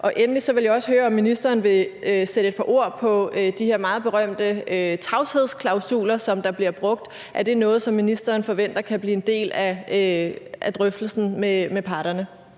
Endelig vil jeg også høre, om ministeren vil sætte et par ord på de her meget berømte tavshedsklausuler, der bliver brugt. Er det noget, som ministeren forventer kan blive en del af drøftelsen med parterne?